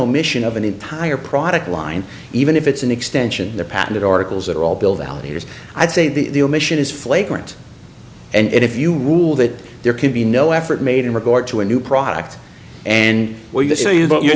omission of an entire product line even if it's an extension of the patent articles that are all built alligators i'd say the omission is flagrant and if you rule that there can be no effort made in regard to a new product and where you say you got you